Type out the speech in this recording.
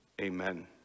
Amen